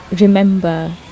remember